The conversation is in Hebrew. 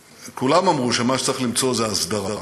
וכולם אמרו שמה שצריך למצוא זה הסדרה,